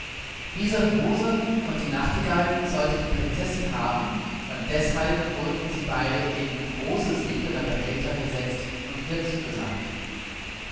diese rose und die nachtigall sollte die prinzessin haben und deshalb wurden sie beide in große silberne behälter gesetzt und ihr zugesandt